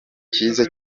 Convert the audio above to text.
cyiza